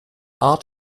art